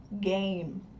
game